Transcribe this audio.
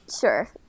Sure